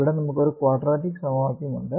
ഇവിടെ നമുക്ക് ഒരു ക്വാഡ്രാറ്റിക് സമവാക്യം ഉണ്ട്